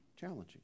challenging